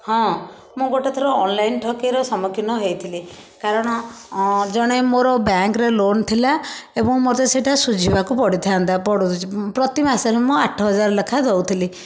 ହଁ ମୁଁ ଗୋଟେ ଥର ଅନଲାଇନ ଠକେଇର ସମ୍ମୁଖୀନ ହେଇଥିଲି କାରଣ ଜଣେ ମୋର ବ୍ୟାଙ୍କରେ ଲୋନ ଥିଲା ଏବଂ ମୋତେ ସେଇଟା ସୁଝିବାକୁ ପଡ଼ିଥାନ୍ତା ପଡ଼ୁଛି ପ୍ରତି ମାସରେ ମୁଁ ଆଠ ହଜାର ଲେଖା ଦଉଥିଲି